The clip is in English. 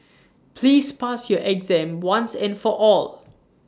please pass your exam once and for all